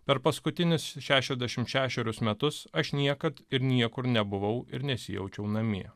per paskutinius šešiasdešimt šešerius metus aš niekad ir niekur nebuvau ir nesijaučiau namie